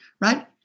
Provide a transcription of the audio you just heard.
Right